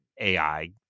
AI